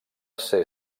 ser